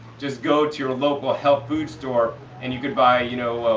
just go to your local health food store and you could buy, you know,